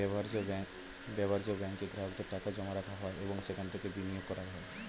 ব্যবহার্য ব্যাঙ্কে গ্রাহকদের টাকা জমা রাখা হয় এবং সেখান থেকে বিনিয়োগ করা হয়